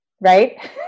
right